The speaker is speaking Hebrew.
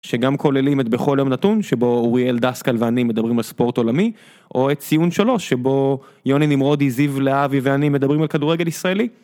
שגם כוללים את בכל יום נתון, שבו אוריאל דאסקל ואני מדברים על ספורט עולמי, או את ציון 3, שבו יוני נמרודי, זיו להבי ואני מדברים על כדורגל ישראלי.